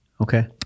Okay